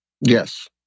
Yes